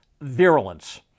virulence